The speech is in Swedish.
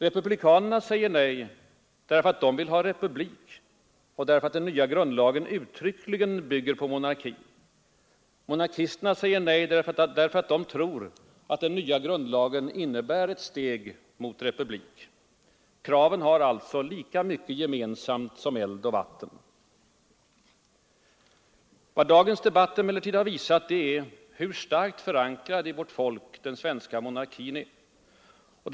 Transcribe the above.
Republikanerna säger nej därför att de vill ha republik och därför att den nya grundlagen uttryckligen bygger på monarki. Monarkisterna säger nej därför att de tror att den nya grundlagen innebär ett steg mot republik. Kraven har alltså lika mycket gemensamt som eld och vatten. Vad dagens debatt emellertid har visat är hur starkt förankrad i vårt folk den svenska monarkin är.